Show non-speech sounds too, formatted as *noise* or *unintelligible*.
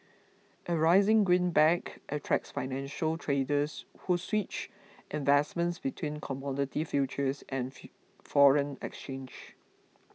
a rising greenback attracts financial traders who switch investments between commodity futures and *unintelligible* foreign exchange